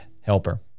helper